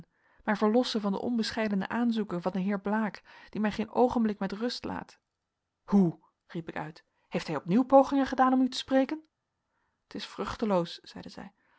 mij verlossen van de onbescheidene aanzoeken van den heer blaek die mij geen oogenblik met rust laat hoe riep ik uit heeft hij opnieuw pogingen gedaan om u te spreken t is vruchteloos zeide zij